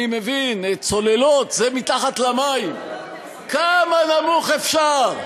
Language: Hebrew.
אני מבין, צוללות זה מתחת למים, כמה נמוך אפשר?